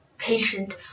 patient